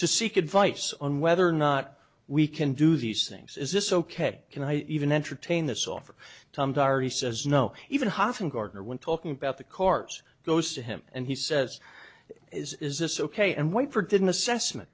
to seek advice on whether or not we can do these things is this ok can i even entertain this offer tom dyer he says no even half an gardner when talking about the cars goes to him and he says is this ok and wait for it didn't assessment